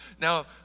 Now